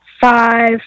five